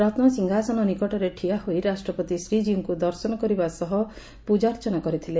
ରନ୍ସିଂହାସନ ନିକଟରେ ଠିଆ ହୋଇ ରାଷ୍ଟ୍ରପତି ଶ୍ରୀଜୀଉଙ୍କୁ ଦର୍ଶନ କରିବା ସହ ପୂଜାର୍ଚ୍ଚନା କରିଥିଲେ